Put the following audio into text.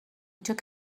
took